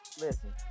listen